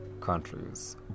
countries